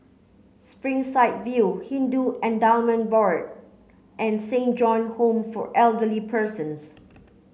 Springside View Hindu Endowment Board and Saint John Home for Elderly Persons